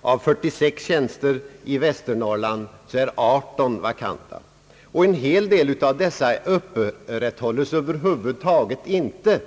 och av 46 tjänster i Västernorrland är 18 vakanta. En hel del av dessa tjänster upprätthålles över huvud taget inte.